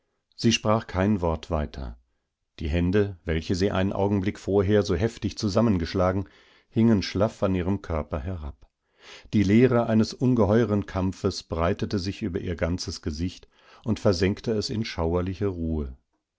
sie sprach kein wort weiter die hände welche sie einen augenblick vorher so heftig zusammengeschlagen hingen schlaff an ihrem körper herab die leere eines ungeheuern kampfes breitete sich über ihr ganzes gesicht und versenkte es in schauerlicheruhe die